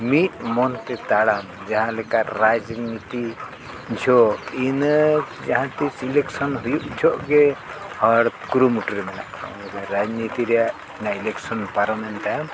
ᱢᱤᱫ ᱢᱚᱱ ᱛᱮ ᱛᱟᱲᱟᱢ ᱡᱟᱦᱟᱸ ᱞᱮᱠᱟ ᱨᱟᱡᱽᱱᱤᱛᱤ ᱡᱚᱠᱷᱚᱱ ᱤᱱᱟᱹ ᱡᱟᱦᱟᱸ ᱛᱤᱸᱥ ᱥᱤᱞᱮᱠᱥᱮᱱ ᱦᱩᱭᱩᱜ ᱡᱚᱠᱷᱚᱱ ᱜᱮ ᱦᱚᱲ ᱠᱩᱨᱩᱢᱩᱴᱩ ᱨᱮ ᱢᱮᱱᱟᱜ ᱠᱚᱣᱟ ᱨᱟᱡᱽᱱᱤᱛᱤ ᱨᱮᱭᱟᱜ ᱚᱱᱟ ᱤᱞᱮᱠᱥᱮᱱ ᱯᱟᱨᱚᱢᱮᱱ ᱛᱟᱭᱚᱢ